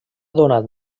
donat